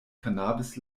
cannabis